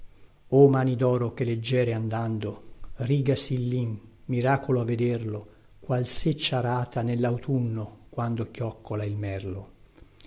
mani doro che leggiere andando rigasi il lin miracolo a vederlo qual seccia arata nellautunno quando chioccola il merlo